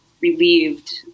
relieved